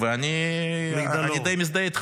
-- ואני די מזדהה איתך.